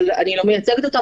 אבל אני לא מייצגת אותם.